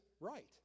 right